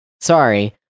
sorry